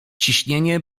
ciśnienie